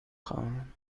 خواهم